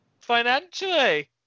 Financially